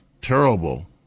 terrible